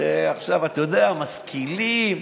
המשכילים,